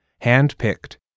hand-picked